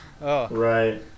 Right